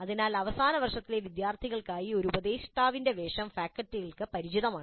അതിനാൽ അവസാന വർഷത്തിലെ വിദ്യാർത്ഥികൾക്കായി ഒരു ഉപദേഷ്ടാവിന്റെ വേഷം ഫാക്കൽറ്റികൾക്ക് പരിചിതമാണ്